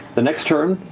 the next turn,